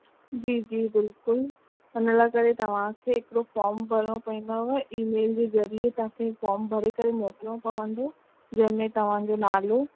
जी जी बिल्कुलु उन लाइ करे तव्हांखे हिकिड़ो फ़ोम भरिणो पईंदव ई मेल जे ज़रिए तव्हां खे फ़ोम भरे करे तव्हां खे मोकिलिणो पवंदो जंहिंमें तव्हांजो नालो